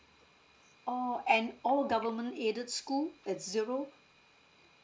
oh and all government aided school at zero